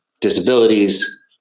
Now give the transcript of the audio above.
disabilities